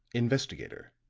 investigator,